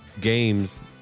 games